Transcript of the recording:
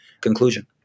conclusion